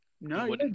No